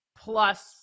plus